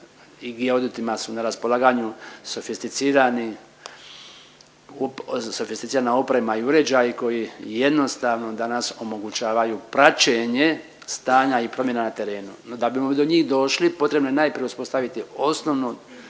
i geodetima su na raspolaganju sofisticirana oprema i uređaji koji jednostavno danas omogućavaju praćenje stanja i promjena na terenu. No da bimo do njih došli potrebno je najprije uspostaviti osnovno